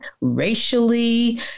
racially